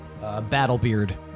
Battlebeard